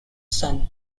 sun